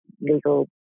legal